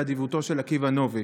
באדיבותו של עקיבא נוביק: